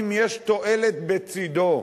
אם יש תועלת בצדו.